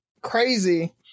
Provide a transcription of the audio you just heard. crazy